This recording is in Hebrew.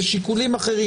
אלו שיקולים אחרים,